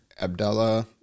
Abdullah